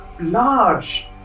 Large